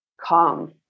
calm